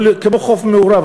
כמו חוף מעורב,